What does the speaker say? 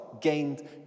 gained